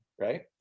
right